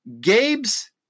Gabe's